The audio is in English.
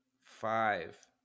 five